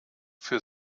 für